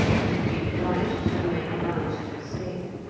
and had been obliged to make a round to escape.